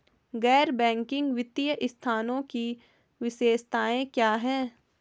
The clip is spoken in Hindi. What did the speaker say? गैर बैंकिंग वित्तीय संस्थानों की विशेषताएं क्या हैं?